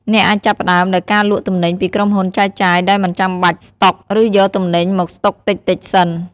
អ្នកអាចចាប់ផ្តើមដោយការលក់ទំនិញពីក្រុមហ៊ុនចែកចាយដោយមិនចាំបាច់ស្តុក ឬយកទំនិញមកស្តុកតិចៗសិន។